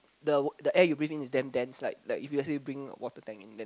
the the air you breathe in is damn dense like like if you actually bring a water tank then